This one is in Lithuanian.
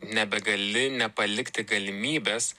nebegali nepalikti galimybės